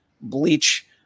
bleach